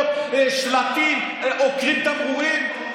אתה